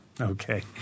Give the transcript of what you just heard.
Okay